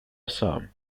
assam